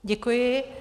Děkuji.